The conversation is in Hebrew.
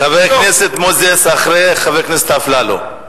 חבר הכנסת מוזס הוא אחרי חבר הכנסת אפללו,